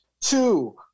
two